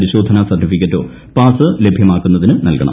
പരിശോധന സർട്ടിഫിക്കറ്റോ പാസ് ലഭ്യമാകുന്നതിന്റെ നൽകണം